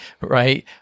right